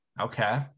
Okay